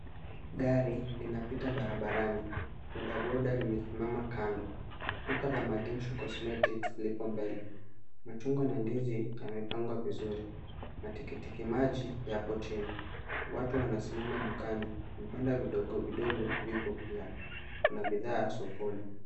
Gari linapita barabarani. Boda boda limesimama kando. Duka la Magensho Cosmetics lipo mbele. Machungwa na ndizi yamepangwa vizuri. Matikiti maji yapo chini. Watu wanasimama dukani. Vibanda vidogo vidogo vipo pia. Kuna bidhaa sokoni.